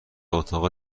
اتاق